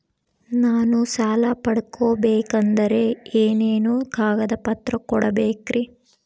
ನಾನು ಸಾಲ ಪಡಕೋಬೇಕಂದರೆ ಏನೇನು ಕಾಗದ ಪತ್ರ ಕೋಡಬೇಕ್ರಿ?